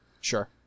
Sure